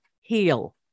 Heal